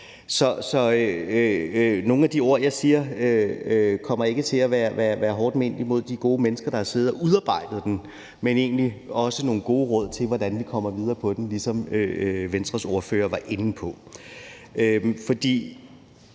nogle af de ord, jeg siger, kommer ikke til at være hårdt ment imod de gode mennesker, der siddet og udarbejdet den, men de er egentlig også nogle gode råd til, hvordan vi kommer videre med det, ligesom Venstres ordfører var inde på. Nu